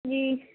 جی